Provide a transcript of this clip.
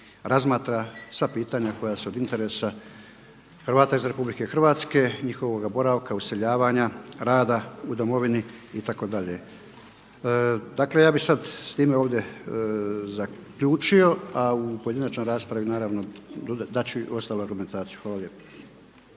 razmatra sva pitanja koja su od interesa Hrvata iz Republike Hrvatske, njihovoga boravka, useljavanja, rada u Domovini itd. Dakle, ja bih sad s time ovdje zaključio a u pojedinačnoj raspravi naravno dat ću i ostalu argumentaciju.